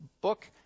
book